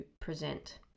present